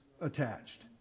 attached